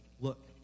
Look